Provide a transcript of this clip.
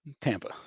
Tampa